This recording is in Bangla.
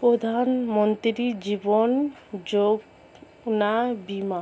প্রধানমন্ত্রী জীবন যোজনা বীমা